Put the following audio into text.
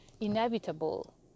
inevitable